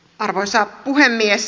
arvoisa puhemies